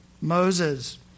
Moses